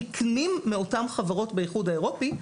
נקנים מאותן חברות באיחוד האירופי.